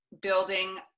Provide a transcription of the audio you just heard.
building